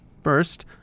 First